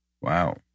Wow